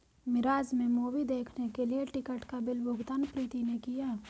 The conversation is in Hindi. मिराज में मूवी देखने के लिए टिकट का बिल भुगतान प्रीति ने किया